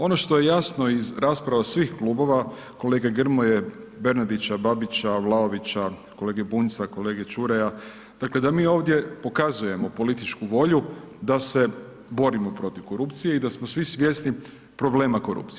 Ono što je jasno iz rasprava svih klubova, kolege Grmoje, Bernardića, Babića, Vlaovića, kolege Bunjca, kolege Čuraja, dakle mi ovdje pokazujemo političku volju da se borimo protiv korupcije i da smo svi svjesni problema korupcije.